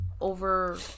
over